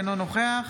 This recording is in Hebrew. אינו נוכח